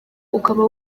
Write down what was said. ukaba